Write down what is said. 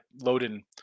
loading